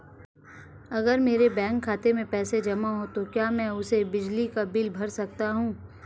अगर मेरे बैंक खाते में पैसे जमा है तो क्या मैं उसे बिजली का बिल भर सकता हूं?